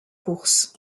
course